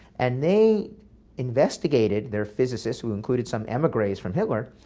and they investigated their physicists, who included some emigres from hitler,